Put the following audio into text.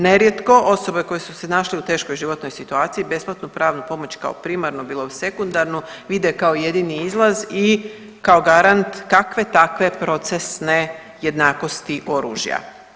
Nerijetko osobe koje su se našle u teškoj životnoj situaciji besplatnu pravnu pomoć kao primarnu bilo sekundarnu vide kao jedini izlaz i kao garant kakve takve procesne jednakosti oružja.